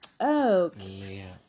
okay